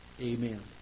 Amen